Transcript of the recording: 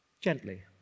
gently